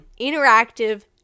interactive